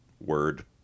word